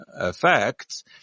effects